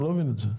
אני לא מבין את זה.